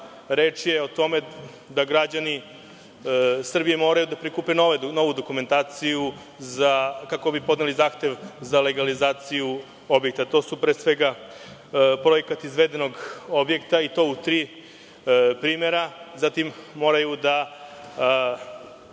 reč je o tome da građani Srbije moraju da prikupe novu dokumentaciju kako bi podneli zahtev za legalizaciju objekta. To su pre svega projekta izvedenog objekta i to u tri primera, zatim moraju da